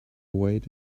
weight